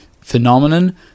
phenomenon